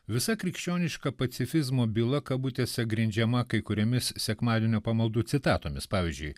visa krikščioniška pacifizmo byla kabutėse grindžiama kai kuriomis sekmadienio pamaldų citatomis pavyzdžiui